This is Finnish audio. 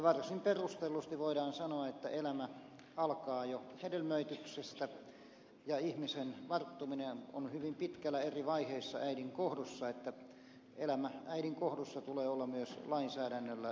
varsin perustellusti voidaan sanoa että elämä alkaa jo hedelmöityksestä ja ihmisen varttuminen on hyvin pitkällä eri vaiheissa äidin kohdussa niin että elämän äidin kohdussa tulee olla myös lainsäädännöllä suojeltua